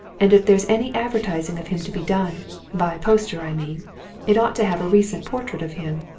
and if there's any advertising of him to be done by poster, i mean it ought to have a recent portrait of him.